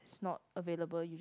is not available